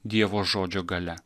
dievo žodžio galia